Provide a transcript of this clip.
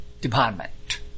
department